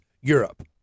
Europe